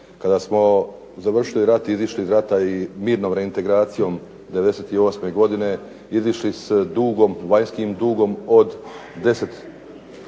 kada smo završili rat i izišli iz rata i mirnom reintegracijom '98. godine izišli sa vanjskim dugom od 10